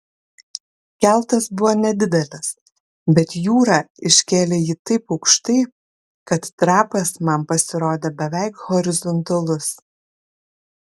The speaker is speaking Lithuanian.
keltas buvo nedidelis bet jūra iškėlė jį taip aukštai kad trapas man pasirodė beveik horizontalus